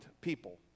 people